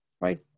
right